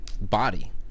body